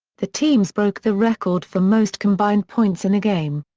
the teams broke the record for most combined points in a game.